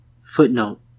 Footnote